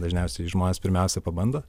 dažniausiai žmonės pirmiausia pabando